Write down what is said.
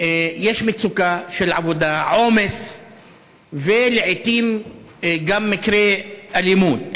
יש מצוקה של עבודה, עומס ולעיתים גם מקרי אלימות.